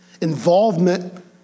Involvement